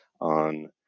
on